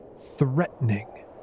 threatening